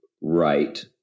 right